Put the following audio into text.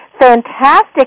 Fantastic